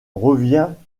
revient